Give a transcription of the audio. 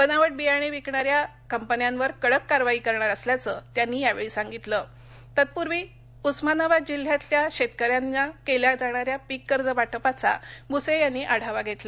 बनावट बियाणे विकणाऱ्या कंपन्यावर कडक कारवाई करणार असल्याचं त्यांनी यावेळी सांगितलं तत्पूर्वी उस्मानाबाद जिल्ह्यातल्या शेतकऱ्यांना केल्या जाणाऱ्या पीक कर्ज वाटपाचा भूसे यांनी आढावा घेतला